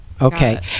Okay